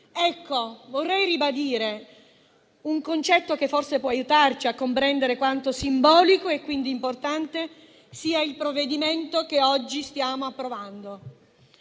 Vorrei ribadire un concetto che forse può aiutarci a comprendere quanto simbolico e quindi importante sia il provvedimento che oggi stiamo approvando.